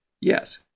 yes